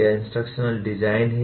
यह instructional design है